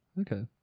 Okay